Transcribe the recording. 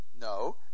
No